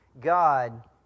God